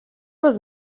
was